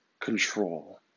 Control